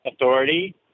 authority